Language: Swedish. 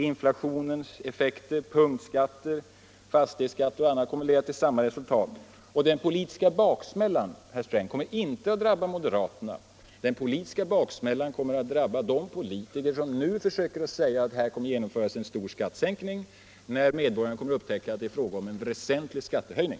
Inflationens effekter, punktskatter, fastighetsskatt och annat kommer att leda till samma resultat. Den politiska baksmällan, herr Sträng, kommer inte att drabba moderaterna, den kommer att drabba de politiker som nu säger att här genomförs en stor skattesänkning, när medborgarna upptäcker att det är fråga om en väsentlig skattehöjning.